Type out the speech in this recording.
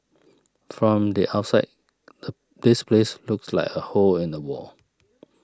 from the outside this place looks like a hole in the wall